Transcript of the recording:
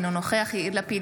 אינו נוכח יאיר לפיד,